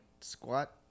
squat